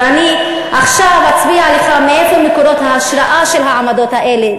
ואני עכשיו אצביע לך על מקורות ההשראה של העמדות האלה.